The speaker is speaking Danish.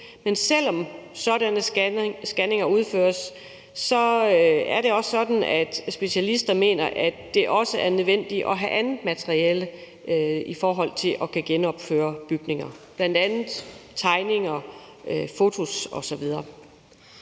Men selv om sådanne scanninger udføres, er det også sådan, at specialister mener, at det er nødvendigt at have andet materiale for at kunne genopføre historiske bygninger, bl.a. tegninger, fotos osv.